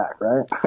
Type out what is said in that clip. right